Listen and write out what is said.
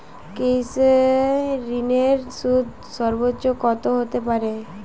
কৃষিঋণের সুদ সর্বোচ্চ কত হতে পারে?